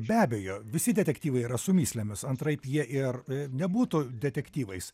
be abejo visi detektyvai yra su mįslėmis nes antraip jie ir nebūtų detektyvais